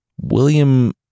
William